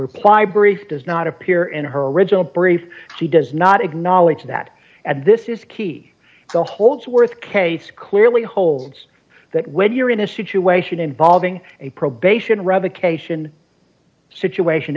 reply brief does not appear in her original brief she does not acknowledge that at this is key the holdsworth case clearly holds that when you're in a situation involving a probation